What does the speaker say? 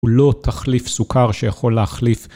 הוא לא תחליף סוכר שיכול להחליף.